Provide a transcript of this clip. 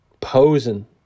posing